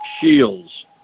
Shields